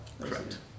Correct